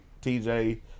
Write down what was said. tj